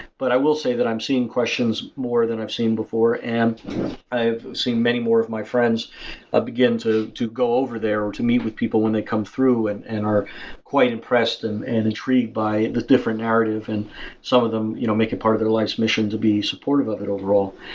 but i will say that i'm seeing questions more than i've seen before and i've seen many more of my friends ah begin to to go over there or to meet with people when they come through and and are quite impressed and and intrigued by the different narrative. and some of them you know make it part of their lives' mission to be supportive of it overall.